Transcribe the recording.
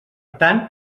tant